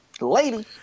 Lady